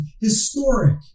historic